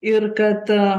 ir kad